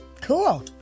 Cool